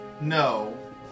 No